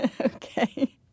Okay